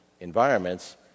environments